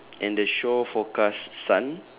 and the shore forecast sun